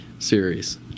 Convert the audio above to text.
Series